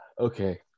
Okay